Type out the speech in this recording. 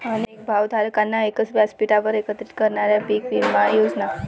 अनेक भागधारकांना एकाच व्यासपीठावर एकत्रित करणाऱ्या पीक विमा योजना